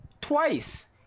twice